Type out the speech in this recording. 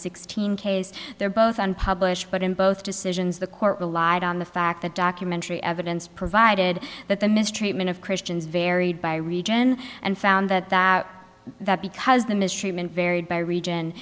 sixteen case they're both unpublished but in both decisions the court relied on the fact that documentary evidence provided that the mistreatment of christians varied by region and found that because the mistreatment varied by region